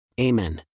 Amen